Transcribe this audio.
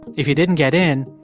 if he didn't get in,